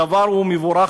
הדבר מבורך,